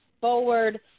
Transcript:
forward